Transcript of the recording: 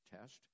test